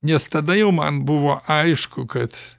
nes tada jau man buvo aišku kad